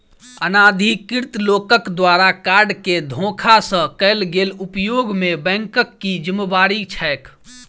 अनाधिकृत लोकक द्वारा कार्ड केँ धोखा सँ कैल गेल उपयोग मे बैंकक की जिम्मेवारी छैक?